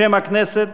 בשם הכנסת,